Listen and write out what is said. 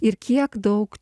ir kiek daug